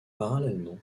parallèlement